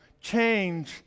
change